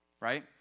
Right